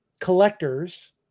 collectors